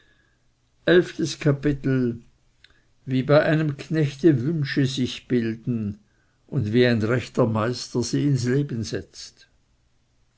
elftes kapitel wie bei einem knechte wünsche sich bilden und wie ein rechter meister sie ins leben setzt